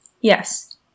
Yes